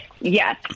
Yes